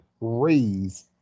raise